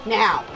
now